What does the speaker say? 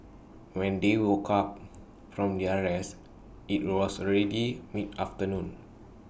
when they woke up from their rest IT was already mid afternoon